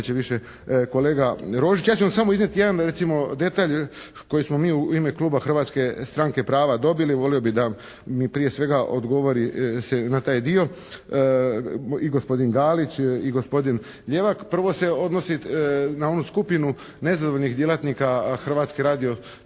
će više kolega Rožić. Ja ću vam samo iznijeti jedan recimo detalj koji smo mi u ime Kluba Hrvatske stranke prava dobili. Volio bih da mi prije svega odgovori se na taj dio i gospodin Galić i gospodin Ljevak. Prvo se odnosi na onu skupinu nezadovoljnih djelatnika Hrvatske